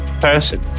Person